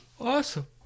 Awesome